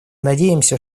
надеемся